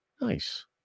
Nice